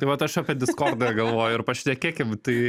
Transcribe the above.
tai vat aš apie diskordą galvoju ir pašnekėkim tai